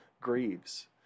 grieves